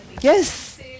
Yes